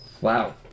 Wow